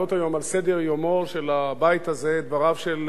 הזה את דבריו של ראש השב"כ לשעבר יובל דיסקין,